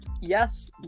Yes